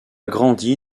grandi